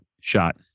shot